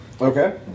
Okay